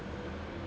ஆமா:aamaa